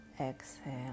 Exhale